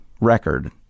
record